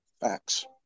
Facts